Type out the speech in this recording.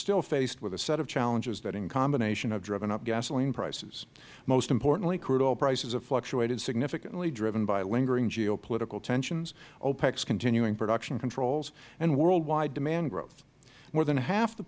still faced with a set of challenges that in combination have driven up gasoline prices most importantly crude oil prices have fluctuated significantly driven by lingering geo political tensions opec's continuing production controls and worldwide demand growth more than half the